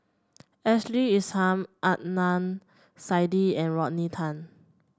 Ashley Isham Adnan Saidi and Rodney Tan